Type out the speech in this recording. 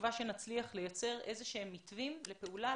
בתקווה שנצליח לייצר איזה שהם מתווים לפעולה,